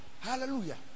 Hallelujah